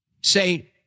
say